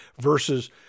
versus